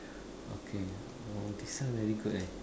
okay oh this one very good eh